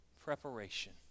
preparation